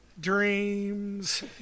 Dreams